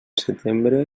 setembre